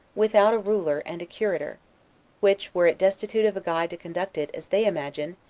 without a ruler and a curator which, were it destitute of a guide to conduct it, as they imagine,